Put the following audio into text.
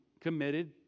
committed